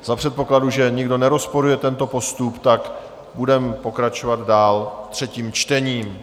Za předpokladu, že nikdo nerozporuje tento postup, budeme pokračovat dál třetím čtením.